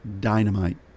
dynamite